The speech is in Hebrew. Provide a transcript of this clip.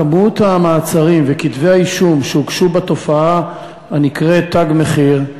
כמות המעצרים וכתבי-האישום שהוגשו בתופעה הנקראת "תג מחיר"